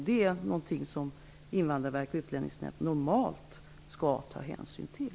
Detta är något som Invandrarverket och Utlänningsnämnden normalt skall ta hänsyn till.